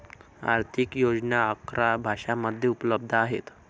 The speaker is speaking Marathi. आर्थिक योजना अकरा भाषांमध्ये उपलब्ध आहेत